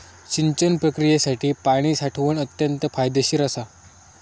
सिंचन प्रक्रियेसाठी पाणी साठवण अत्यंत फायदेशीर असा